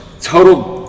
Total